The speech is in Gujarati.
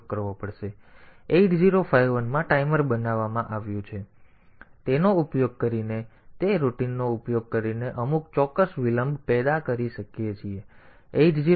તેથી 8051 માં ટાઇમર બનાવવામાં આવ્યું છે તેનો ઉપયોગ ટાઇમર તરીકે અથવા કાઉન્ટર તરીકે કરી શકાય છે અને પછી આપણે તે હાર્ડવેર નો ઉપયોગ કરીને તે રૂટીનનો ઉપયોગ કરીને અમુક ચોક્કસ વિલંબ પેદા કરી શકીએ છીએ